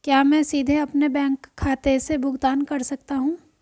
क्या मैं सीधे अपने बैंक खाते से भुगतान कर सकता हूं?